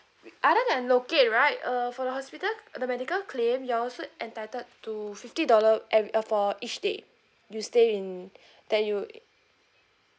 other than locate right err for the hospital the medical claim you're also entitled to fifty dollar ever~ uh for each day you stay in that you